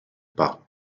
par